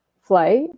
Flight